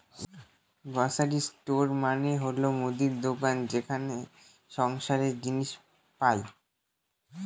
grocery store মানে হল মুদির দোকান যেখানে সংসারের জিনিস পাই